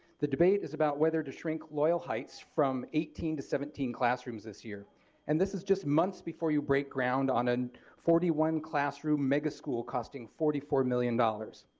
the debate is about whether to shrink loyal heights from eighteen to seventeen classrooms this year and this is just months before you break ground on a forty one classroom mega school costing forty four million dollars.